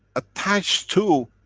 attached to